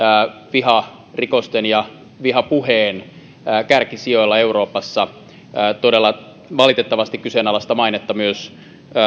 viharikosten ja vihapuheen kärkisijoilla euroopassa todella valitettavasti kyseenalaista mainetta tuli myös